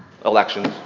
Elections